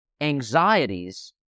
anxieties